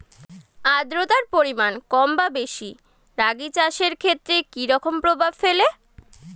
আদ্রতার পরিমাণ কম বা বেশি রাগী চাষের ক্ষেত্রে কি রকম প্রভাব ফেলে?